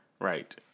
Right